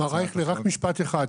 מר אייכלר, רק משפט אחד.